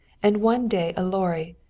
and one day a lorry,